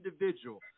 individual